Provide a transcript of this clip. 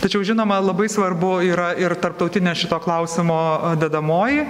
tačiau žinoma labai svarbu yra ir tarptautinė šito klausimo dedamoji